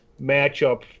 matchup